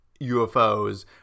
UFOs